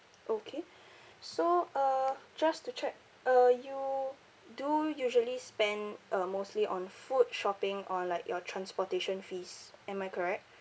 okay so uh just to check uh you do usually spend uh mostly on food shopping or like your transportation fees am I correct